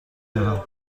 دارم